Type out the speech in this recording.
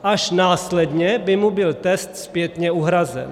Až následně by mu byl test zpětně uhrazen.